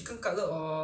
鸡翅膀